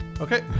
Okay